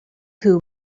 who